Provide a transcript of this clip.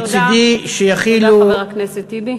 תודה, חבר הכנסת טיבי.